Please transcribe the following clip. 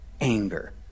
anger